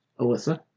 Alyssa